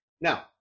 Now